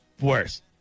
worse